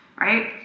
right